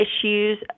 issues